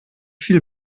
viel